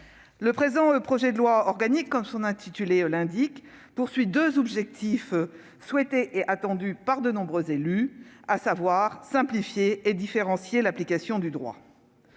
le présent projet de loi organique, comme son intitulé l'indique, a deux objectifs attendus par de nombreux élus : simplifier et différencier l'application du droit.